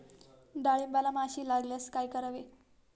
डाळींबाला माशी लागल्यास काय करावे?